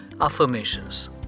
affirmations